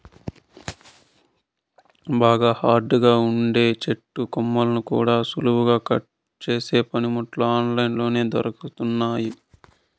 బాగా హార్డ్ గా ఉండే చెట్టు కొమ్మల్ని కూడా సులువుగా కట్ చేసే పనిముట్లు ఆన్ లైన్ లో దొరుకుతున్నయ్యి